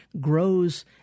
grows